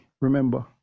Remember